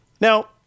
Now